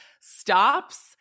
stops